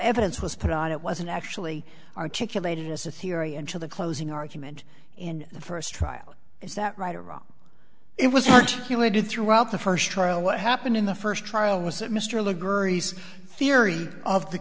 evidence was put on it wasn't actually articulated as a theory until the closing argument in the first trial is that right or wrong it was articulated throughout the first trial what happened in the first trial was that mr luxurious theory of the